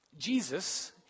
Jesus